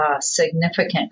significant